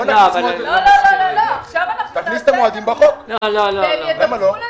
לא, עכשיו אנחנו נקים והם ידווחו לנו.